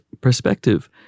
perspective